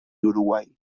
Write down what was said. uruguay